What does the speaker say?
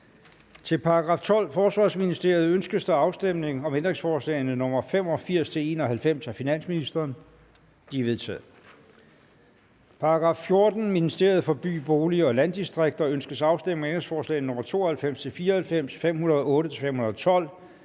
Til § 12. Forsvarsministeriet. Ønskes afstemning om ændringsforslag nr. 85-91 af finansministeren? De er vedtaget. Til § 14. Ministeriet for By, Bolig og Landdistrikter. Ønskes afstemning om ændringsforslag nr. 92-94, 508-512, 95-97,